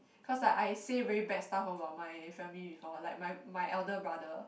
cause like I say very bad stuff about my family before like my my elder brother